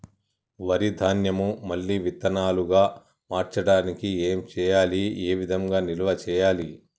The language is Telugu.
వరి ధాన్యము మళ్ళీ విత్తనాలు గా మార్చడానికి ఏం చేయాలి ఏ విధంగా నిల్వ చేయాలి?